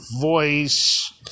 voice